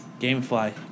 Gamefly